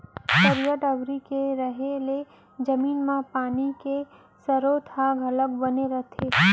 तरिया डबरी के रहें ले जमीन म पानी के सरोत ह घलोक बने रहिथे